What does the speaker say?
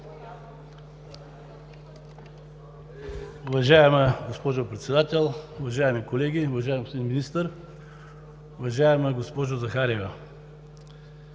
Уважаема госпожо Председател, уважаеми колеги, уважаеми господин Министър! Уважаема госпожо Захариева,